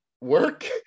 work